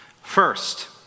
First